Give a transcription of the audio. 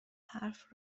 حرف